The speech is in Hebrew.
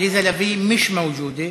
עליזה לביא, מיש מאוג'ודה.